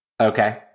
Okay